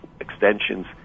extensions